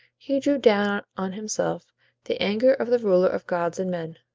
he drew down on himself the anger of the ruler of gods and men.